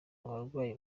abarwayi